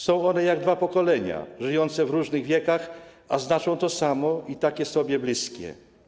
Są one jak dwa pokolenia, żyjące w różnych wiekach, a znaczące to samo i takie sobie bliskie.